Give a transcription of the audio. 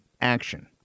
action